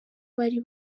bari